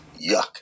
yuck